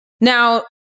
Now